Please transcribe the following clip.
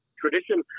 tradition